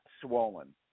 swollen